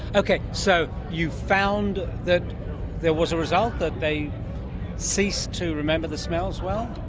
okay, so you've found that there was a result, that they ceased to remember the smells well?